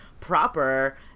proper